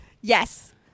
Yes